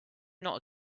not